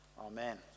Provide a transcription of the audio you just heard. Amen